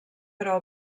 però